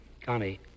Connie